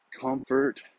comfort